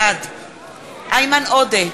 בעד איימן עודה,